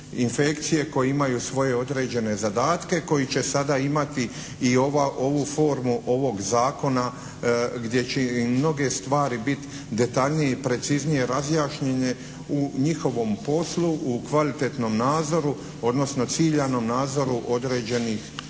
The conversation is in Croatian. koje imaju svoje određene zadatke koje će sada imati i ovu formu ovog zakona gdje će i mnoge stvari biti detaljnije i preciznije razjašnjene u njihovom poslu u kvalitetnom nadzoru, odnosno ciljanom nadzoru određenih pojava